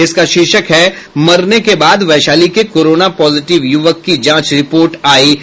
इसका शीर्षक है मरने के बाद वैशाली के कोरोना पॉजिटिव युवक की जांच रिपोर्ट आई निगेटिव